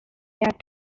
had